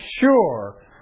sure